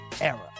era